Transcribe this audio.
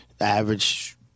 Average